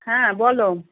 হ্যাঁ বলো